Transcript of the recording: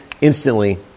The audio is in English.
instantly